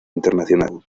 internacional